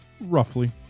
Roughly